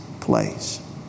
place